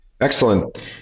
Excellent